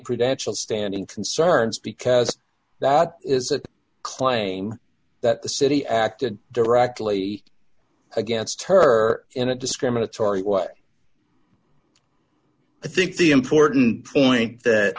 credential standing concerns because that is a claim that the city acted directly against her in a discriminatory or i think the important point that